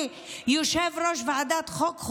כיושב-ראש ועדת החוקה,